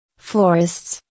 Florists